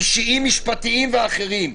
אישיים, משפטיים ואחרים.